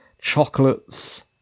chocolates